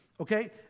Okay